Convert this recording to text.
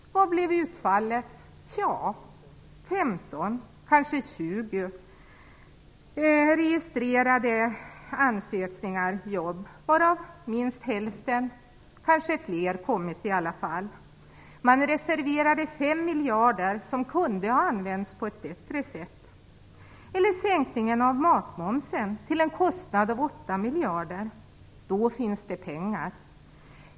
Vad blev utfallet? Tja, 15, kanske 20 registrerade ansökningar om jobb, varav minst hälften och kanske fler möjligen skulle ha inkommit i alla fall. Man reserverade 5 miljarder som kunde ha använts på ett bättre sätt. Sänkningen av matmomsen kostade 8 miljarder. Då fanns det pengar.